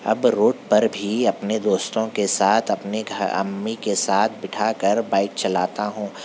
اب روڈ پر بھی اپنے دوستوں کے ساتھ اپنے گھر امی کے ساتھ بٹھا کر بائیک چلاتا ہوں